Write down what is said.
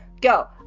go